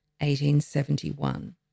1871